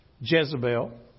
Jezebel